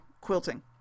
quilting